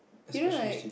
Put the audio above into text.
you know right